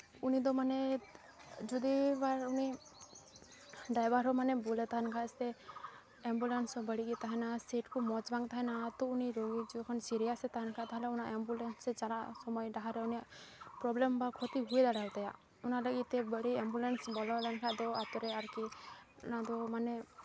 ᱩᱱᱤᱫᱚ ᱢᱟᱱᱮ ᱡᱩᱫᱤ ᱮᱵᱟᱨ ᱩᱱᱤ ᱰᱟᱭᱵᱟᱨ ᱦᱚᱸ ᱢᱟᱱᱮ ᱵᱩᱞᱮ ᱛᱟᱦᱮᱱ ᱠᱷᱟᱡ ᱥᱮ ᱮᱢᱵᱩᱞᱮᱱᱥ ᱦᱚᱸ ᱵᱟᱹᱲᱤᱡ ᱜᱮ ᱛᱟᱦᱮᱱᱟ ᱥᱤᱴ ᱠᱚ ᱢᱚᱡᱽ ᱵᱟᱝ ᱛᱟᱦᱮᱱᱟ ᱛᱚ ᱩᱱᱤ ᱨᱩᱜᱤ ᱡᱚᱠᱷᱚᱱ ᱥᱤᱨᱤᱭᱟᱥᱮ ᱛᱪᱟᱦᱮᱱ ᱠᱷᱟᱡ ᱛᱟᱞᱦᱮ ᱚᱱᱟ ᱮᱢᱵᱩᱞᱮᱱᱥ ᱨᱮ ᱪᱟᱞᱟᱜ ᱥᱚᱢᱚᱭ ᱰᱟᱦᱟᱨ ᱨᱮ ᱩᱱᱤᱭᱟᱜ ᱯᱨᱚᱵᱞᱮᱢ ᱵᱟ ᱠᱷᱚᱛᱤ ᱦᱩᱭ ᱫᱟᱲᱮᱭᱟᱛᱟᱭᱟ ᱚᱱᱟ ᱞᱟᱹᱜᱤᱫ ᱛᱮ ᱵᱟᱹᱲᱤᱡ ᱮᱢᱵᱩᱞᱮᱱᱥ ᱵᱚᱞᱚ ᱞᱮᱱᱠᱷᱟᱡ ᱫᱚ ᱟᱹᱛᱳ ᱨᱮ ᱟᱨᱠᱤ ᱚᱱᱟ ᱫᱚ ᱢᱟᱱᱮ